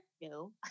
No